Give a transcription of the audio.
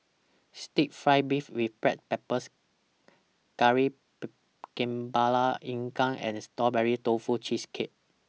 Stir Fry Beef with Black Pepper Kari Kepala Ikan and Strawberry Tofu Cheesecake